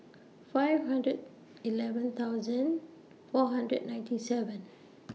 five hundred eleven thousand four hundred ninety seven